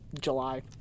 July